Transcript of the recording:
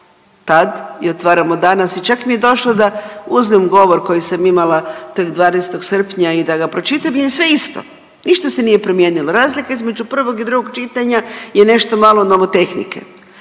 tad i otvaramo danas i čak mi došlo da uzmem govor koji sam imala tog 12. srpnja i da ga pročitam jer je sve isto, ništa se nije promijenilo. Razlika između i prvog i drugog čitanja je nešto malo nomotehnike.